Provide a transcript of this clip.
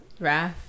Raph